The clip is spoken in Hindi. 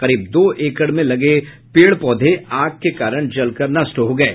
करीब दो एकड़ में लगे पेड़ पौधे आग के कारण जलकर नष्ट हो गये